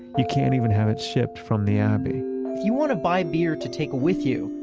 you can't even have it shipped from the abbey if you want to buy beer to take with you,